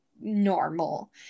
normal